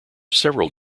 several